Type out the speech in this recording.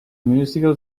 musical